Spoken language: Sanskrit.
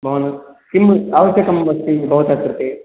भवान् किम् आवश्यकमस्ति भवतः कृते